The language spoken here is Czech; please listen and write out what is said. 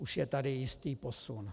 Už je tady jistý posun.